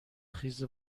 خیز